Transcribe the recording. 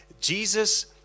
Jesus